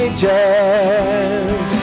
Ages